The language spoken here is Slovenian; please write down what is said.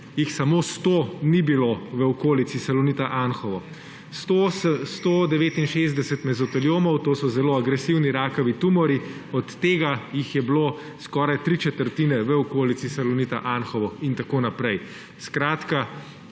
jih samo 100 ni bilo v okolici Salonita Anhovo, 169 mezoteliomov, to so zelo agresivni rakavi tumorji, od tega jih je bilo skoraj tri četrtine v okolici Salonita Anhovo, in tako naprej. Skratka,